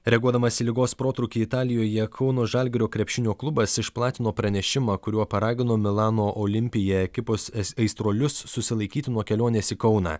reaguodamas į ligos protrūkį italijoje kauno žalgirio krepšinio klubas išplatino pranešimą kuriuo paragino milano olimpija ekipos aistruolius susilaikyti nuo kelionės į kauną